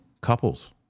Couples